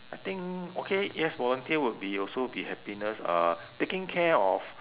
I think okay yes volunteer would be also be happiness uh taking care of